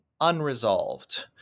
unresolved